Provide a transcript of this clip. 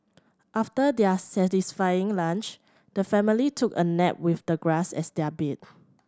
after their satisfying lunch the family took a nap with the grass as their bed